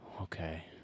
Okay